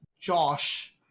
Josh